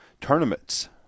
tournaments